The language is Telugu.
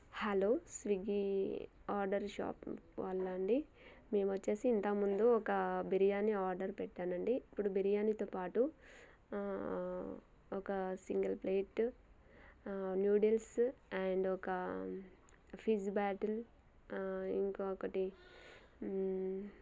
హలో స్వీగ్గీ ఆర్డర్ షాప్ వాళ్ళా అండి మేము వచ్చేసి ఇంతకముందు ఒక బిర్యానీ ఆర్డర్ పెట్టానండి ఇప్పుడు బిర్యానీతో పాటు ఒక సింగిల్ ప్లేటు న్యూడిల్సు అండ్ ఒక ఫిజ్ బ్యాటిల్ ఇంకా ఒకటి